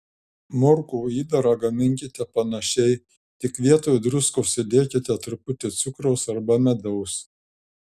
morkų įdarą gaminkite panašiai tik vietoj druskos įdėkite truputį cukraus arba medaus